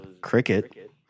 cricket